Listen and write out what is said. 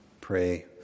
Pray